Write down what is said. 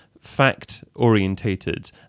fact-orientated